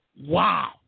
Wow